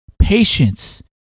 Patience